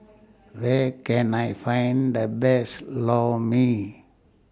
Where Can I Find The Best Lor Mee